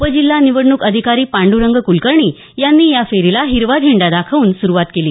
उप जिल्हा निवडणूक अधिकारी पांडरंग क्लकर्णी यांनी या फेरीला हिरवा झेंडा दाखवून सुरुवात केली